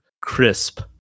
crisp